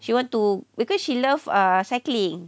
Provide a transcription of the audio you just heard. she want to because she love err cycling